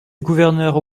gouverneur